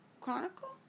Chronicle